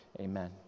amen